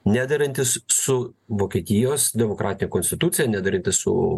nederantys su vokietijos demokratija konstitucija nederanti su